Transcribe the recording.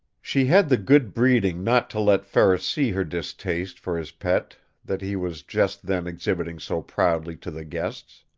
she had the good breeding not to let ferris see her distaste for his pet that he was just then exhibiting so proudly to the guests.